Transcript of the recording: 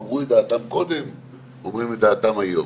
אמרו את דעתם קודם ואומרים את דעתם היום.